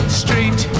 street